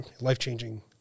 life-changing